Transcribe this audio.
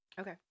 Okay